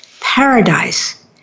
paradise